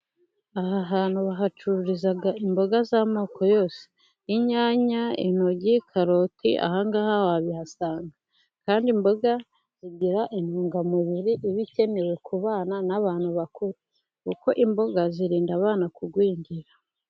Aha hantu bahacururiza imboga z'amoko yose, inyanya, intoryi, karoti, ahangaha wabihasanga kandi imboga zigira intungamubiri, iba ikenewe kubana n'abantu bakuru, kuko imboga zirinda abana kugwingira.